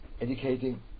educating